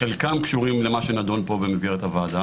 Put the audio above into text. חלקם קשורים למה שנדון פה במסגרת הוועדה.